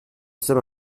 somme